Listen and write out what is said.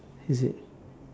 is it